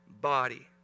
body